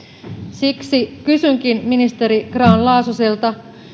siksi kysynkin ministeri grahn laasoselta